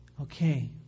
Okay